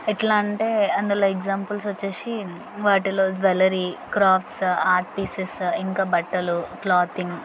ఎట్లా అంటే అందులో ఎగ్జాంపుల్స్ వచ్చి వాటిలో జువలరీ క్రాఫ్ట్స్ ఆర్ట్ పీసెస్ ఇంకా బట్టలు క్లాతింగ్